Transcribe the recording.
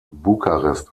bukarest